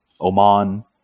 Oman